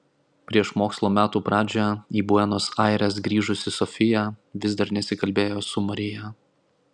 prieš mokslo metų pradžią į buenos aires grįžusi sofija vis dar nesikalbėjo su marija